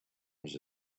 was